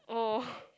oh